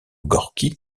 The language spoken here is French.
gorki